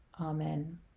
Amen